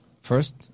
first